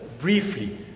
briefly